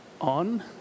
on